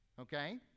okay